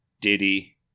Diddy